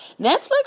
Netflix